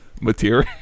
material